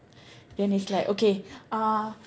then it's like okay uh